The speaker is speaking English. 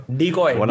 decoy